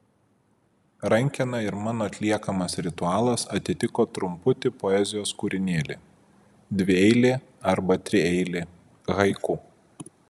rankena ir mano atliekamas ritualas atitiko trumputį poezijos kūrinėlį dvieilį arba trieilį haiku